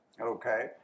Okay